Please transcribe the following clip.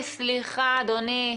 סליחה אדוני.